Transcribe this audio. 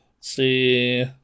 see